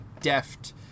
deft